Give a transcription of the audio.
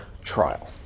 trial